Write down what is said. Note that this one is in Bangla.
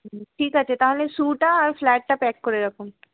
ঠিক আছে তাহলে শ্যুটা আর ফ্ল্যাটটা প্যাক করে রাখুন